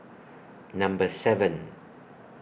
Number seven